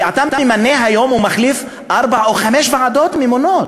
ואתה ממנה היום ומחליף ארבע או חמש ועדות ממונות,